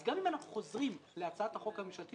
אז גם אם אנחנו חוזרים להצעת החוק הממשלתית,